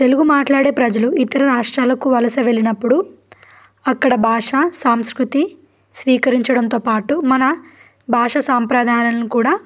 తెలుగు మాట్లాడే ప్రజలు ఇతర రాష్ట్రాలకు వలస వెళ్ళినప్పుడు అక్కడ భాష సాంస్కృతి స్వీకరించడంతో పాటు మన భాష సాంప్రదాయాలను కూడా